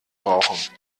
rauchen